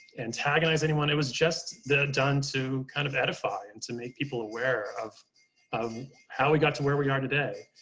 antagonize anyone, it was just done to kind of edify and to make people aware of of how we got to where we are today.